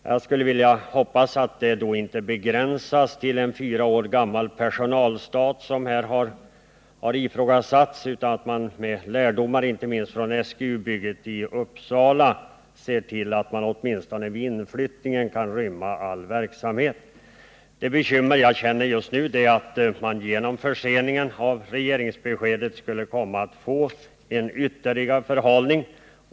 Jag hoppas att man inte bedömer lokalbehovet efter en fyra år gammal personalstat, vilket har ifrågasatts, utan att man med lärdomar inte minst från SGU-bygget i Uppsala ser till att det blir möjligt att åtminstone vid inflyttningen rymma all verksamhet. Det som bekymrar mig just nu är att det genom förseningen av regeringsbeskedet skulle kunna bli en ytterligare förhalning.